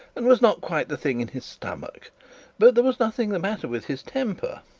and was not quite the thing in his stomach but there was nothing the matter with his temper.